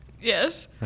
Yes